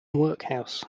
workhouse